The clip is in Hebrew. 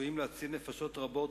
שעשויים להציל נפשות רבות,